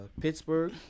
Pittsburgh